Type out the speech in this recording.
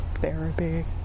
Therapy